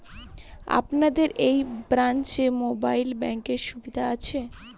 আপনাদের এই ব্রাঞ্চে মোবাইল ব্যাংকের সুবিধে আছে?